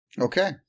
Okay